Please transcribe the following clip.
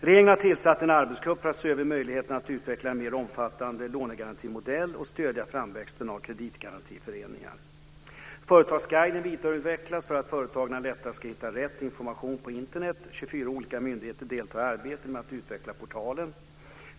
Regeringen har tillsatt en arbetsgrupp för att se över möjligheterna att utveckla en mer omfattande lånegarantimodell och stödja framväxten av kreditgarantiföreningar. Företagarguiden vidareutvecklas för att företagen lättare ska hitta rätt information på Internet. 24 olika myndigheter deltar i arbetet med att utveckla portalen.